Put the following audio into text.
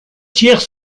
tiers